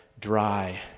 dry